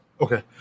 Okay